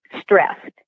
stressed